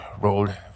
rolled